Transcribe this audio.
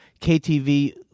KTV